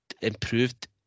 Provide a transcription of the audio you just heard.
improved